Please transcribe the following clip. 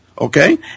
Okay